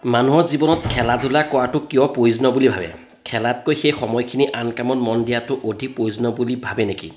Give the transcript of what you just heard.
মানুহৰ জীৱনত খেলা ধূলা কৰাটো কিয় প্ৰয়োজনীয় বুলি ভাবে খেলাতকৈ সেই সময়খিনি আন কামত মন দিয়াটো অধিক প্ৰয়োজনীয় বুলি ভাবে নেকি